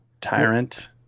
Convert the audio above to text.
Tyrant